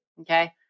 Okay